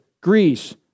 Greece